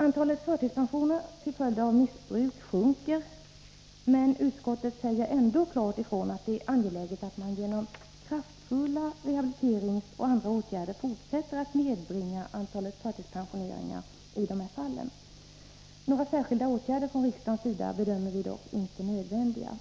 Antalet förtidspensioner till följd av missbruk sjunker, men utskottet säger ändå klart ifrån att det är angeläget att man genom kraftfulla rehabiliteringsåtgärder och andra åtgärder fortsätter att nedbringa antalet förtidspensioneringar av dessa skäl. Några särskilda åtgärder från riksdagens sida bedömer vi dock inte som nödvändiga.